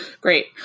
Great